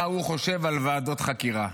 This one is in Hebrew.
מה הוא חושב על ועדות חקירה.